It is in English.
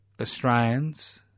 Australians